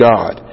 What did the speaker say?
God